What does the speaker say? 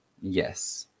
Yes